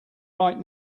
right